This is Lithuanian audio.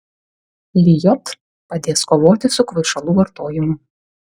lijot padės kovoti su kvaišalų vartojimu